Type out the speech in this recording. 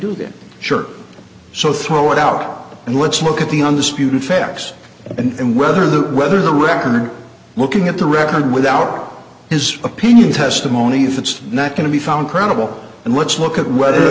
to the shirt so throw it out and let's look at the on the sputum facts and whether the whether the record looking at the record without his opinion testimony if it's not going to be found credible and let's look at whether